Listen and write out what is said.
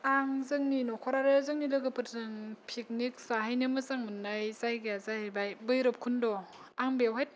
आं जोंनि नखर आरो जोंनि लोगोफोरजों पिकनिक जाहैनो मोजां मोननाय जायगाया जाहैबाय बैरबकुन्द' आं बेवहाय